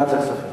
בעד זה כספים?